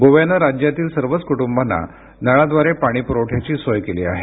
गोव्याने राज्यातील सर्वच कुटुंबांना नळाद्वारे पाणी पुरवठ्याची सोय केली आहे